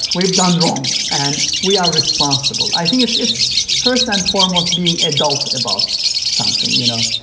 we have done wrong and we are responsible. i think it's it's first and foremost being adult about something, you know?